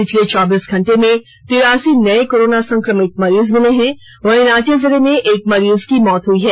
पिछले चौबीस घंटे में तिरासी नए कोरोना संक्रमित मरीज मिले हैं वहीं रांची जिले में एक मरीज की मौत हुई है